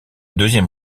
deuxième